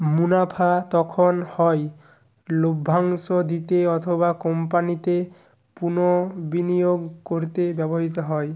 মুনাফা তখন হয় লভ্যাংশ দিতে অথবা কোম্পানিতে পুনঃবিনিয়োগ করতে ব্যবহৃত হয়